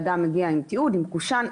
אדם מגיע עם תיעוד עם קושאן,